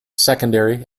secondary